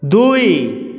ଦୁଇ